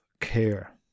care